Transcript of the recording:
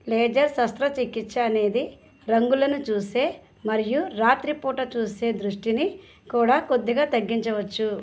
laser శస్త్రచికిత్స అనేది రంగులను చూసే మరియు రాత్రిపూట చూసే దృష్టిని కూడా కొద్దిగా తగ్గించవచ్చు